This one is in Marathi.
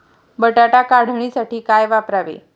बटाटा काढणीसाठी काय वापरावे?